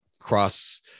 cross